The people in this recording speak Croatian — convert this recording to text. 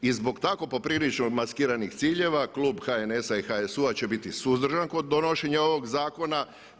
I zbog tako poprilično maskiranih ciljeva klub HNS-a i HSU-a će biti suzdržan kod donošenja ovog zakona.